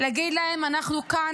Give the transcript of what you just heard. להגיד להם: אנחנו כאן,